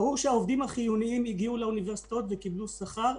ברור שהעובדים החיוניים שעבדו מהבית או הגיעו לאוניברסיטאות קיבלו שכר.